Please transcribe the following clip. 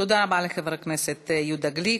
תודה רבה לחבר הכנסת יהודה גליק.